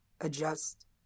adjust